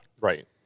Right